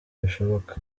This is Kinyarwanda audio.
bishoboka